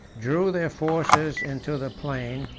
drew their forces into the plain,